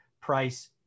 price